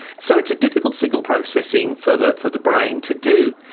so it's a difficult signal processing for the for the brain to do.